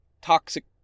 Toxic